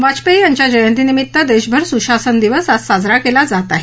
वाजपेयी यांच्या जयंतीनिमित्त देशभर सुशासन दिवस आज साजरा केला जात आहे